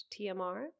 tmr